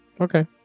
Okay